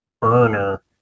burner